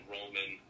Roman